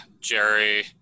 Jerry